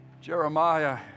Jeremiah